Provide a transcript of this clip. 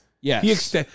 Yes